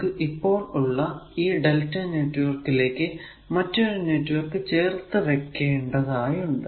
നമുക്ക് ഇപ്പോൾ ഉള്ള Δ നെറ്റ്വർക്ക് ലേക്ക് മറ്റൊരു നെറ്റ്വർക്ക് ചേർത്ത് വക്കേണ്ടതായുണ്ട്